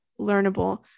learnable